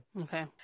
Okay